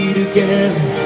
together